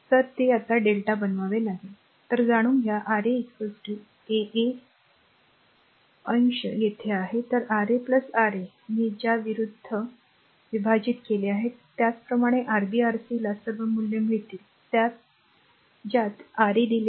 तर तेlrm Δ बनवावे लागेल तर जाणून घ्या Ra r a a अंश येथे आहे a R a R a a ने त्या विरुद्ध संज्ञा a ने विभाजित केले आहे त्याचप्रमाणे Rb Rc ला सर्व मूल्ये मिळतील ज्यात a R a दिले आहे